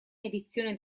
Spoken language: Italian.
edizione